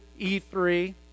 E3